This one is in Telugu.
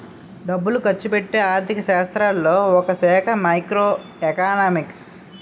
డబ్బులు ఖర్చుపెట్టే ఆర్థిక శాస్త్రంలో ఒకశాఖ మైక్రో ఎకనామిక్స్